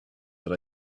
that